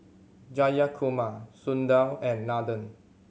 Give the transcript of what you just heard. Jayakumar Sundar and Nathan